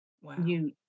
Wow